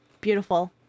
Beautiful